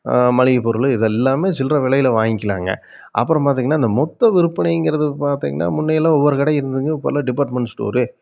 மளிகை பொருள் இது எல்லாமே சில்லற விலையில் வாங்க்கிலாங்க அப்புறம் பார்த்தீங்கன்னா இந்த மொத்த விற்பனைங்கிறது பார்த்தீங்கன்னா முன்னயெல்லாம் ஒவ்வொரு கடை இருந்ததுங்க இப்போல்லாம் டிப்பார்ட்மெண்ட் ஸ்டோரு